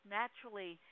naturally